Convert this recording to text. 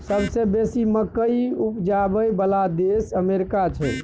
सबसे बेसी मकइ उपजाबइ बला देश अमेरिका छै